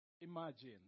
imagine